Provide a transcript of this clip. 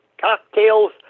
cocktails